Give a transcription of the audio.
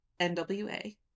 nwa